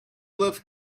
lift